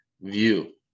view